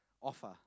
offer